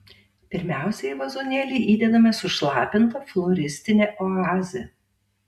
pirmiausia į vazonėlį įdedame sušlapintą floristinę oazę